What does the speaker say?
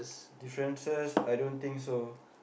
differences I don't think so